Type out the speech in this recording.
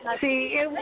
See